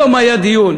היום היה דיון,